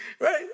Right